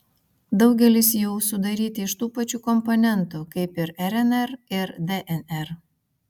daugelis jų sudaryti iš tų pačių komponentų kaip rnr ir dnr